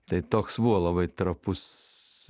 tai toks buvo labai trapus